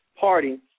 party